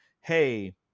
Hey